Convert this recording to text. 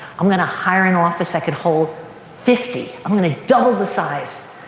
i'm going to hire an office that can hold fifty. i'm going to double the size.